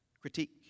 critique